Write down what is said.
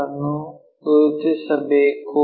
ಅನ್ನು ಗುರುತಿಸಬೇಕು